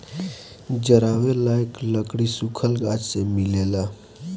जरावे लायक लकड़ी सुखल गाछ से मिलेला